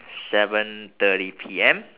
seven thirty P_M